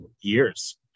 years